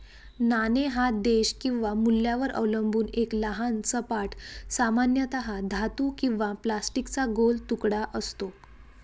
नाणे हा देश किंवा मूल्यावर अवलंबून एक लहान सपाट, सामान्यतः धातू किंवा प्लास्टिकचा गोल तुकडा असतो